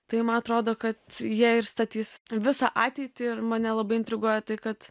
tai man atrodo kad jei ir statys visą ateitį ir mane labai intriguoja tai kad